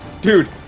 Dude